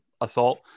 assault